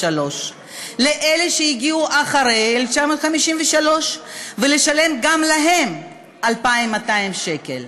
לאלה שהגיעו אחרי 1953 ולשלם גם להם 2,200 שקל.